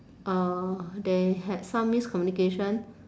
uh there had some miscommunication